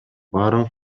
баарын